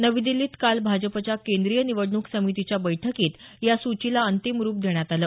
नवी दिल्लीत काल भाजपाच्या केंद्रीय निवडणूक समितीच्या बैठकीत या सूचीला अंतिम रुप देण्यात आलं